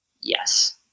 yes